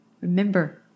Remember